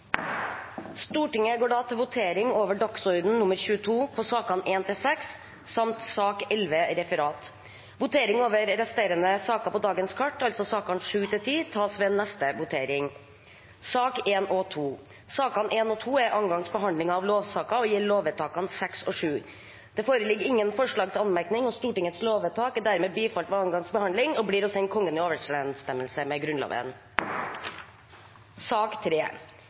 Stortinget tek pause fram til votering kl. 15. Da går Stortinget til votering over dagsorden nr. 22, sakene nr. 1–6, samt sak nr. 11, Referat. Votering over resterende saker på dagens kart, altså sakene nr. 7–10, tas ved neste votering. Sakene nr. 1 og 2 er andre gangs behandling av lovsaker og gjelder lovvedtakene 6 og 7. Det foreligger ingen forslag til anmerkning. Stortingets lovvedtak er dermed bifalt ved andre gangs behandling og blir å sende Kongen i overensstemmelse med Grunnloven.